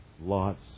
Lot's